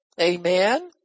Amen